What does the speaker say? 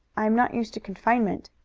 i am not used to confinement,